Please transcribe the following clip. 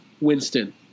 Winston